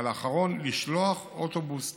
ועל האחרון לשלוח אוטובוס תגבור.